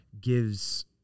gives